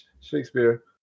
Shakespeare